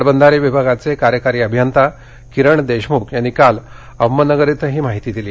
पाटबंधारे विभागाचे कार्यकारी अभियंता किरण देशम्ख यांनी काल अहमदनगर इथं ही माहिती दिली